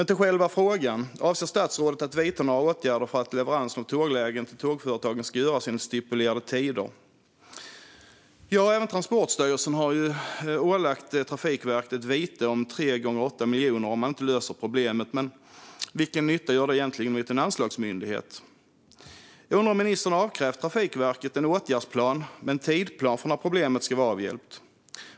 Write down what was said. Till själva frågan: Avser statsrådet att vidta några åtgärder för att leveransen av tåglägen till tågföretagen ska göras enligt stipulerade tider? Även Transportstyrelsen har ålagt Trafikverket ett vite om 3 gånger 8 miljoner om man inte löser problemet, men vilken nytta gör det egentligen gentemot en anslagsmyndighet? Jag undrar om ministern har avkrävt Trafikverket en åtgärdsplan med en tidsplan för när problemet ska vara avhjälpt?